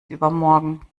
übermorgen